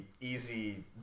easy